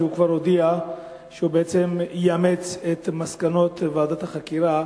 שכבר הודיע שהוא בעצם יאמץ את מסקנות ועדת החקירה.